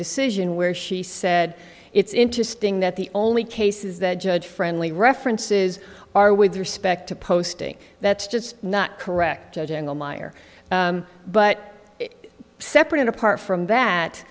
decision where she said it's interesting that the only cases that judge friendly references are with respect to posting that's just not correct judging a liar but separate and apart from that